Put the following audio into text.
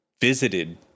visited